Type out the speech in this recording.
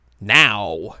Now